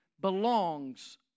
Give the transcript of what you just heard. Belongs